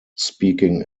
speaking